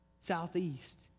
southeast